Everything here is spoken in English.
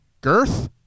Girth